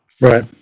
Right